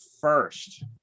first